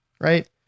Right